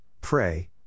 pray